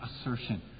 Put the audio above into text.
assertion